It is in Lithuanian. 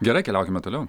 gerai keliaukime toliau